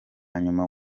nyuma